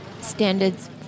standards